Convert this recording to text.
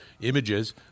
images